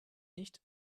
nicht